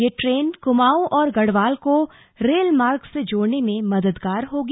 ये ट्रेन कुमाऊं और गढ़वाल को रेलमार्ग से जोड़ने में मददगार होगी